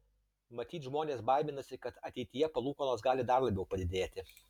matyt žmonės baiminasi kad ateityje palūkanos gali dar labiau padidėti